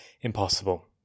impossible